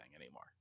anymore